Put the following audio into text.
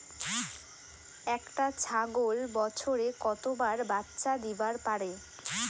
একটা ছাগল বছরে কতবার বাচ্চা দিবার পারে?